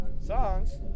songs